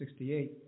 1968